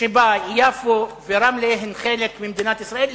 שבה יפו ורמלה הן חלק ממדינת ישראל,